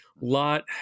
Lot